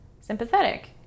sympathetic